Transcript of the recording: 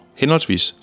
henholdsvis